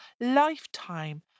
lifetime